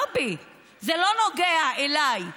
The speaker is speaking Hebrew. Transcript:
זה לא נוגע אליי,